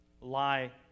lie